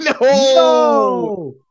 No